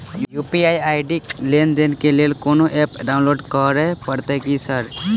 UPI ID लेनदेन केँ लेल कोनो ऐप डाउनलोड करऽ पड़तय की सर?